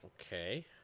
Okay